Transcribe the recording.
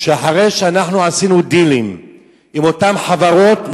שאחרי שעשינו דילים עם אותן חברות,